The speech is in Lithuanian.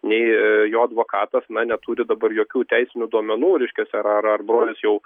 nei jo advokatas na neturi dabar jokių teisinių duomenų reiškias ar ar brolis jau